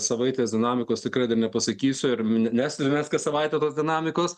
savaitės dinamikos tikrai dar nepasakysiu ir nestebim mes kas savaitę tos dinamikos